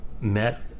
met